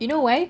you know why